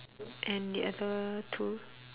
and the other tool